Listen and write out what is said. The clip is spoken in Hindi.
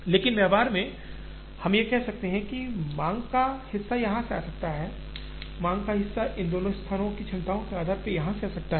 लेकिन व्यवहार में हम कह सकते हैं कि माँग का हिस्सा यहाँ आ सकता है माँग का हिस्सा इन दोनों स्थानों की क्षमताओं के आधार पर यहाँ आ सकता है